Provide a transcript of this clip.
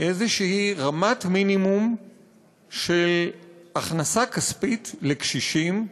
איזושהי רמת מינימום של הכנסה כספית לקשישים,